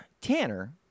Tanner